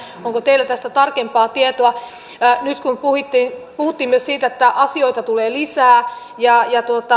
onko teillä tästä tarkempaa tietoa nyt kun puhuttiin myös siitä että asioita tulee lisää ja